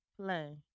Play